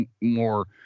more